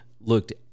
looked